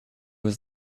was